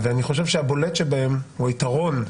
אני חושב שהבולט שבהם הוא היתרון,